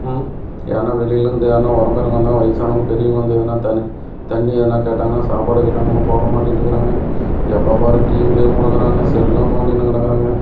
யார்னா வெளிலருந்து யார்னா உறமுறைங்க வந்தால் வயசானவங்க பெரியவங்க வந்து எதுனா த தண்ணி எதுனா கேட்டாங்கனா சாப்பாடு கேட்டாங்கனா போடமாட்டேன்னுக்கிறாங்க எப்போ பார் டிவியிலே முழுகுறாங்க செல்லும் நோண்டிக்கின்னு கடக்குறாங்க